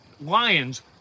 Lions